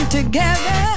together